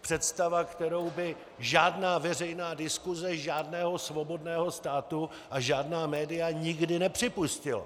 Představa, kterou by žádná veřejná diskuse žádného svobodného státu a žádná média nikdy nepřipustila.